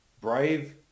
brave